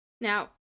Now